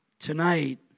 Tonight